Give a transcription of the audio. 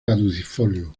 caducifolio